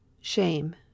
Shame